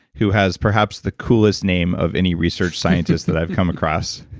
who has perhaps the coolest name of any research scientist that i've come across.